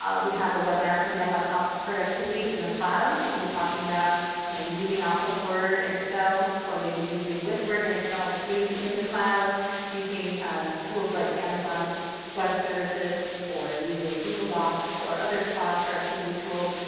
um we have a webinar coming up on office productivity in the cloud. we'll be talking about you know moving off of word and excel, or maybe using with word and excel, but doing it in the cloud using tools like amazon's web services or using google docs or other cloud productivity tools.